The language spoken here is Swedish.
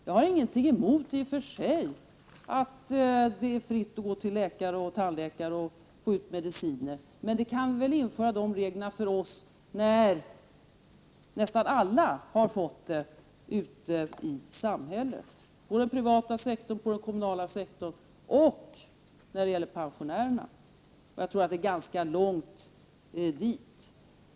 Jag har inte i sig någonting emot att det är gratis att gå till läkare och tandläkare och att få ut mediciner, men vi kan väl vänta med att införa dessa förmåner för oss tills nästan alla andra har fått dem ute i samhället — anställda inom den privata och inom den kommunala sektorn och pensionärer. Jag tror att det är ganska långt dit.